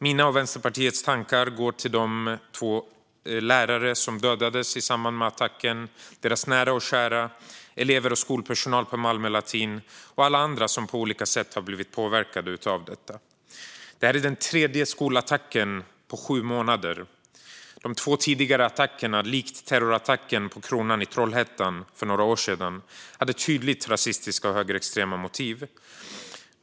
Mina och Vänsterpartiets tankar går till de två lärare som dödades vid attacken, deras nära och kära, elever och skolpersonal på Malmö Latin och alla andra som på olika sätt har blivit påverkade av detta. Detta är den tredje skolattacken på sju månader. De två tidigare attackerna, likt terrorattacken på Kronan i Trollhättan för några år sedan, hade tydligt rasistiska och högerextrema motiv.